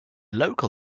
local